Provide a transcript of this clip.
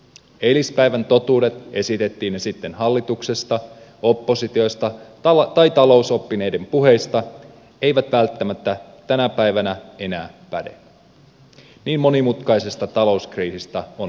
eilispäivän totuudet esitettiin ne sitten hallituksesta oppositiosta tai talousoppineiden puheissa eivät välttämättä tänä päivänä enää päde niin monimutkaisesta talouskriisistä on pohjimmiltaan kyse